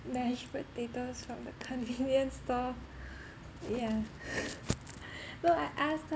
mashed potatoes from the convenience store yeah so I asked her